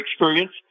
experience